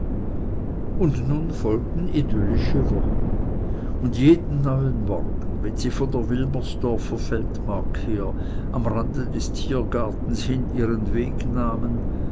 und nun folgten idyllische wochen und jeden neuen morgen wenn sie von der wilmersdorfer feldmark her am rande des tiergartens hin ihren weg nahmen